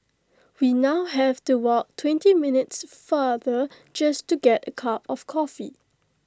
we now have to walk twenty minutes farther just to get A cup of coffee